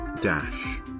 dash